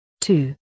two